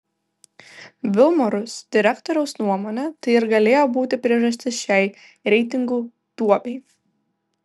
vilmorus direktoriaus nuomone tai ir galėjo būti priežastis šiai reitingų duobei